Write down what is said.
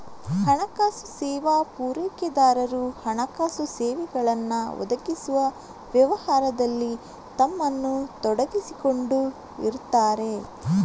ಹಣಕಾಸು ಸೇವಾ ಪೂರೈಕೆದಾರರು ಹಣಕಾಸು ಸೇವೆಗಳನ್ನ ಒದಗಿಸುವ ವ್ಯವಹಾರದಲ್ಲಿ ತಮ್ಮನ್ನ ತೊಡಗಿಸಿಕೊಂಡಿರ್ತಾರೆ